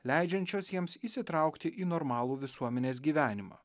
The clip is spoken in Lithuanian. leidžiančios jiems įsitraukti į normalų visuomenės gyvenimą